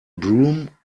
broom